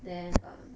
then err